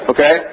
Okay